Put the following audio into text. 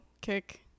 kick